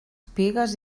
pigues